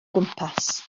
gwmpas